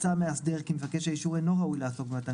מצא מאסדר כי מבקש האישור אינו ראוי לעסוק במתן